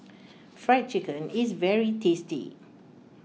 Fried Chicken is very tasty